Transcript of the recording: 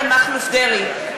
אריה מכלוף דרעי,